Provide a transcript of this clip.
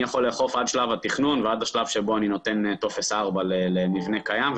אני יכול לאכוף עד שלב התכנון ועד השלב שבו אני נותן טופס 4 למבנה קיים,